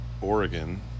Oregon